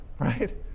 Right